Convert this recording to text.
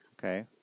Okay